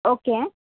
okay